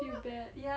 feel bad